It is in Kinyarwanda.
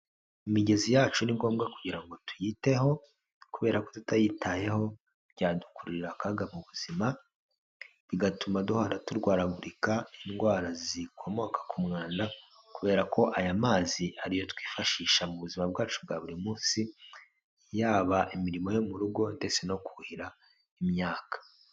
Imigezi yacu ni ngombwa kugira ngo tuyiteho kubera ko tutayitayeho byadukururira akaga mu buzima, bigatuma duhora turwaragurika indwara zikomoka ku mwanda kubera ko aya mazi ari yo twifashisha mu buzima bwacu bwa buri munsi, yaba imirimo yo mu rugo ndetse no kuhira imyaka.